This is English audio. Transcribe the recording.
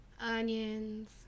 onions